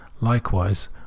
likewise